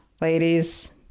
ladies